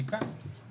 אני כאן.